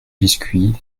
biscuits